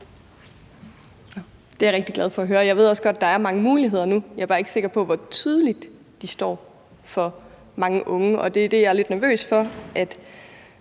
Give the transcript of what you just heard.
Det er jeg rigtig glad for at høre, og jeg ved også godt, at der er mange muligheder nu. Jeg er bare ikke sikker på, hvor tydeligt de står for mange af de unge, og det er det, jeg er lidt nervøs for,